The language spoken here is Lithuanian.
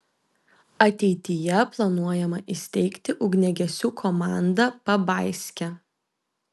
ateityje planuojama įsteigti ugniagesių komandą pabaiske